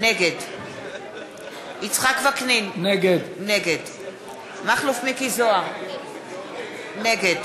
נגד יצחק וקנין, נגד מכלוף מיקי זוהר, נגד